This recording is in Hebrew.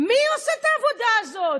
מי עושה את העבודה הזאת?